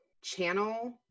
channel